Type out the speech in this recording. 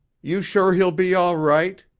you're sure he'll be all right?